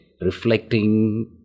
reflecting